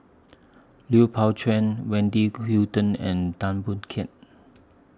Lui Pao Chuen Wendy Gu Hutton and Tan Boon Teik